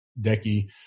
decky